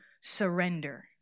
surrender